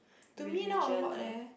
religion ah